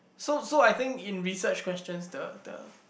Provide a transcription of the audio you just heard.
so so I think in research questions the the